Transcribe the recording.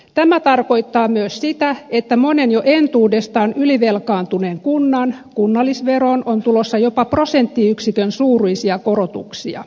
tämä tarkoittaa myös sitä että monen jo entuudestaan ylivelkaantuneen kunnan kunnallisveroon on tulossa jopa prosenttiyksikön suuruisia korotuksia